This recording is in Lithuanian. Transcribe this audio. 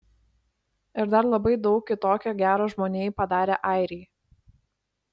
ir dar labai daug kitokio gero žmonijai padarę airiai